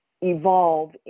evolve